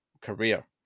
career